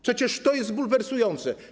Przecież to jest bulwersujące.